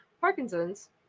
Parkinson's